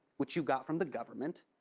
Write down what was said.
which you got from the government,